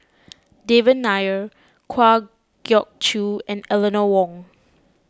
Devan Nair Kwa Geok Choo and Eleanor Wong